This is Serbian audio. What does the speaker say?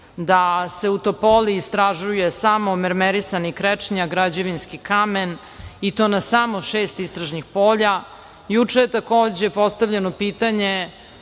da se u Topoli istražuje samo mermerisani krečnjak, građevinski kamen i to na samo šest istražnih polja. Juče je takođe postavljeno pitanje